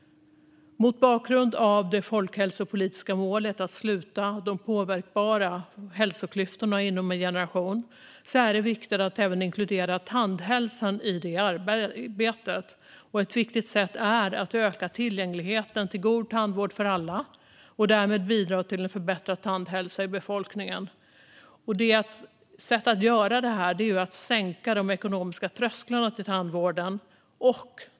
Mot bakgrund av det folkhälsopolitiska målet att sluta de påverkbara hälsoklyftorna inom en generation är det viktigt att även inkludera tandhälsan i arbetet. Ett viktigt sätt att öka tillgängligheten till god tandvård för alla och därmed bidra till förbättrad tandhälsa i befolkningen är att sänka de ekonomiska trösklarna till tandvården.